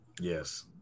yes